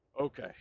okay